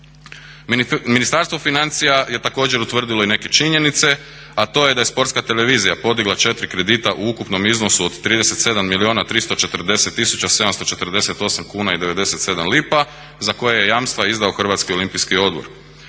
Ministarstvo financija je također utvrdilo i neke činjenice a to je da je Sportska televizija podigla 4 kredita u ukupnom iznosu od 37 milijuna 340 tisuća 748 kuna i 97 lipa za koja je jamstva izdao Hrvatski olimpijski odbor.